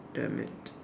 damn it